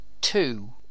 two